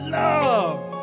love